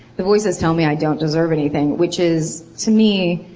the voices tell me i don't deserve anything. which is, to me.